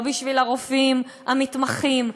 לא בשביל הרופאים המתמחים,